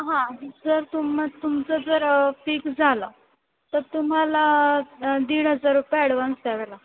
हां जर तुम तुमचं जर पिक झालं तर तुम्हाला दीड हजार रुपये ॲडव्हान्स द्यावे लागतील